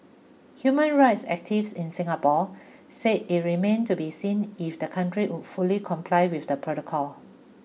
human rights activists in Singapore say it remained to be seen if the country would fully comply with the protocol